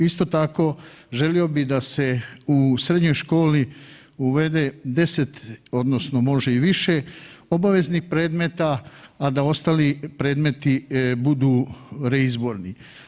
Isto tako, želio bih da se u srednjoj školu uvede 10 odnosno, može i više obaveznih predmeta, a da ostali predmeti budu reizborni.